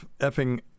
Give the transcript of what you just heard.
effing